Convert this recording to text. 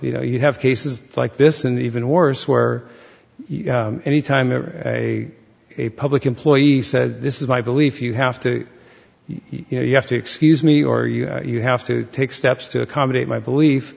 you know you have cases like this in the even worse where any time a a public employee said this is my belief you have to you know you have to excuse me or you you have to take steps to accommodate my belief